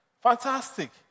Fantastic